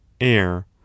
air